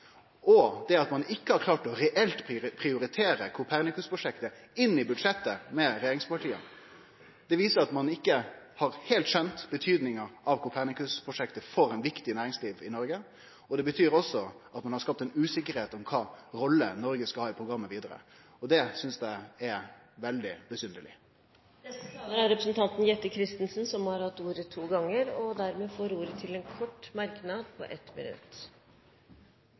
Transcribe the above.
Det at ein ikkje har klart å reelt prioritere Copernicus-prosjektet inn i budsjettet med regjeringspartia, viser at ein ikkje heilt har skjønt betydninga av Copernicus-prosjektet for eit viktig næringsliv i Noreg. Det betyr også at ein har skapt ein usikkerheit om kva rolle Noreg skal ha i programmet vidare. Det synest eg er veldig besynderleg. Representanten Jette F. Christensen har hatt ordet to ganger og får ordet til en kort merknad, begrenset til 1 minutt.